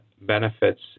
benefits